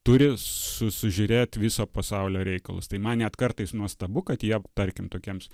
turi su sužiūrėt viso pasaulio reikalus tai man net kartais nuostabu kad jie tarkim tokiems